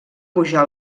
pujar